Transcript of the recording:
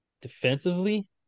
Defensively